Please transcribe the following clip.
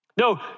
No